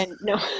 No